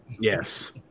Yes